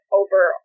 over